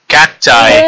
Cacti